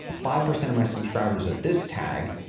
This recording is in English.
five percent of my subscribers of this tag,